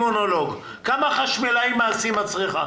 כמה חשמלאים מעשיים את צריכה?